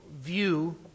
view